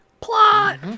Plot